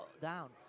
down